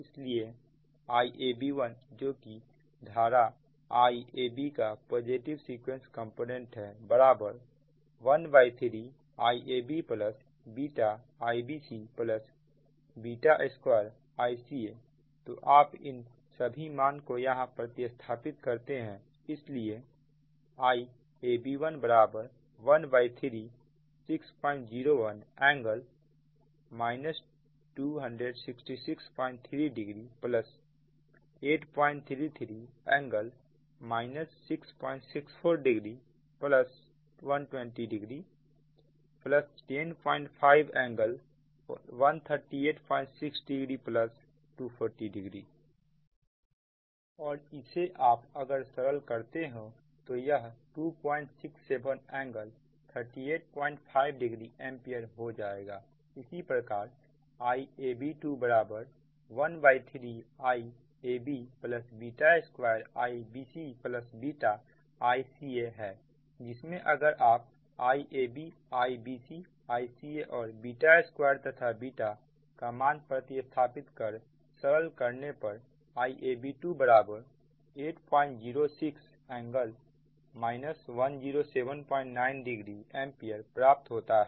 इसलिए Iab1जो की धारा Iab का पॉजिटिव सीक्वेंस कंपोनेंट है बराबर 13 Iab β Ibc β2Ica तो आप इन सभी मान को यहां प्रति स्थापित करते हैं इसलिए Iab1 13 601 ∟ 26630 833 ∟ 6640 1200 105 ∟13860 2400 और इसे आप अगर सरल करते हो तो यह 267∟ 3850 एंपियर हो जाएगा उसी प्रकार Iab213 Iab β2 Ibc β Ica है जिसमें अगर आप Iab Ibc Ica और 2तथा का मान प्रतिस्थापित कर सरल करने पर Iab2 806 ∟ 10790 एंपियर प्राप्त होता है